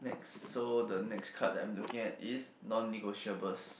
next so the next card that I'm looking at is non negotiable